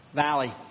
Valley